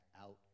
out